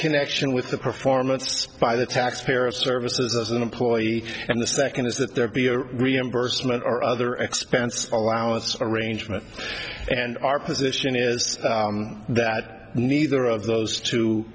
connection with the performance by the taxpayer services as an employee and the second is that there be a reimbursement or other expense allowance arrangement and our position is that neither of those two